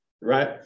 right